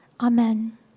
Amen